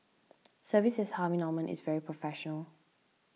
services Harvey Norman is very professional